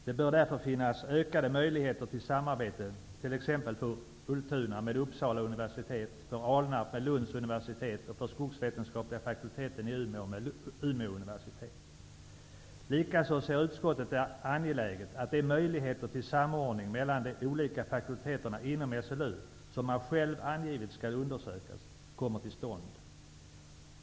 Det bör därför finnas ökade möjligheter till samarbete t.ex. för Likaså ser utskottet det som angeläget att möjligheter till samordning mellan de olika fakulteterna inom SLU, som SLU har angivit skall undersökas, skapas.